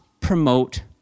promote